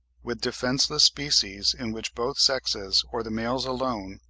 with defenceless species, in which both sexes, or the males alone,